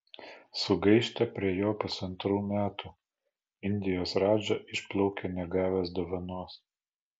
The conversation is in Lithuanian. sugaišta prie jo pusantrų metų indijos radža išplaukia negavęs dovanos